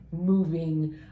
moving